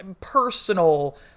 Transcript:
personal